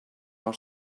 are